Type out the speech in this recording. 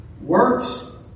Works